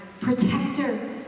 protector